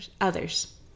others